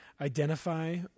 identify